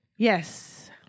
Yes